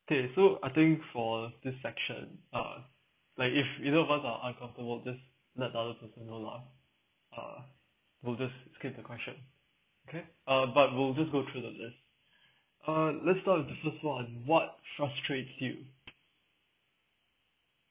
okay so I think for this section uh like if you know any of us are uncomfortable just let other person know lah uh we'll just skip the question okay uh but we'll just go through the list uh let's start with the first one on what frustrates you